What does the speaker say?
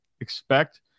expect